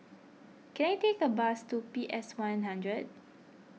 can I take a bus to P S one hundred